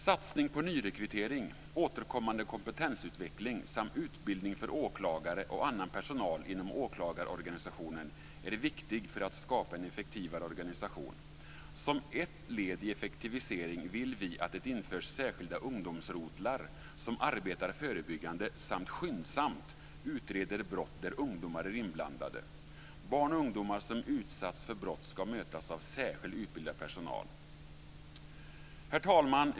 Satsning på nyrekrytering, återkommande kompetensutveckling samt utbildning för åklagare och annan personal inom åklagarorganisationen är viktig för att skapa en effektivare organisation. Som ett led i effektiviseringen vill vi att det införs särskilda ungdomsrotlar som arbetar förebyggande samt skyndsamt utreder brott där ungdomar är inblandade. Barn och ungdomar som utsatts för brott ska mötas av särskild, utbildad personal. Herr talman!